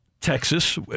Texas